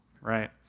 right